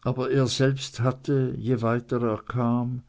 aber er selbst hatte je weiter er kam